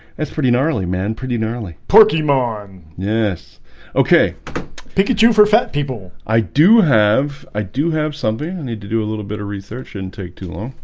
that's pretty gnarly man pretty gnarly porky mon. yes okay pikachu for fat people i do have i do have something i need to do a little bit of research and take too long,